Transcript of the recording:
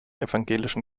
evangelischen